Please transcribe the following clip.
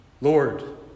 Lord